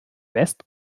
west